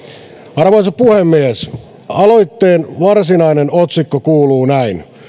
arvoisa puhemies aloitteen varsinainen otsikko kuuluu näin